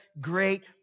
great